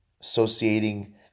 Associating